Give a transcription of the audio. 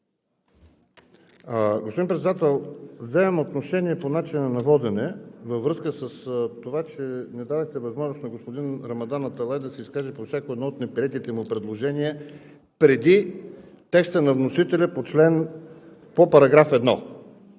Господин Председател, вземам отношение по начина на водене във връзка с това, че не дадохте възможност на господин Рамадан Аталай да се изкаже по всяко едно от неприетите му предложения преди текста на вносителя по § 1.